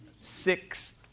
Six